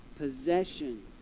Possession